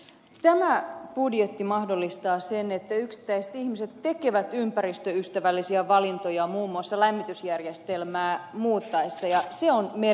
tämä budjetti mahdollistaa sen että yksittäiset ihmiset tekevät ympäristöystävällisiä valintoja muun muassa lämmitysjärjestelmää muuttaessaan ja se on merkittävää ja tärkeää